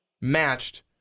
matched